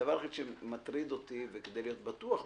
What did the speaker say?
הדבר היחיד שמטריד אותי, וכדי להיות בטוח בו,